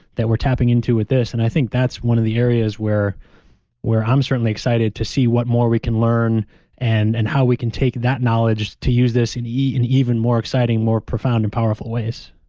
that we're tapping into with this. and i think that's one of the areas where where i'm certainly excited to see what more we can learn and and how we can take that knowledge to use this in even more exciting, more profound and powerful ways